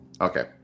Okay